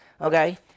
okay